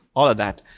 all of that.